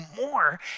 more